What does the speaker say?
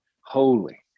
holy